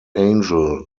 angel